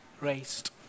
raised